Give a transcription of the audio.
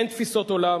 אין תפיסות עולם,